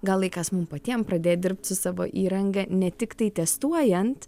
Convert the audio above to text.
gal laikas mum patiem pradėt dirbt su savo įranga ne tiktai testuojant